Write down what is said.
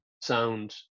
sound